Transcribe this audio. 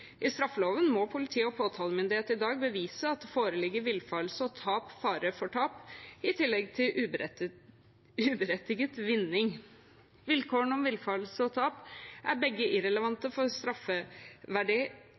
I straffeloven må politi og påtalemyndighet i dag bevise at det foreligger villfarelse og tap/fare for tap i tillegg til uberettiget vinning. Vilkårene om villfarelse og tap er begge